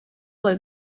lai